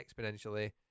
exponentially